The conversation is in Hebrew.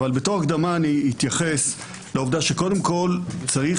אבל בתור הקדמה אתייחס לעובדה שקודם כול צריך